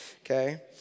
Okay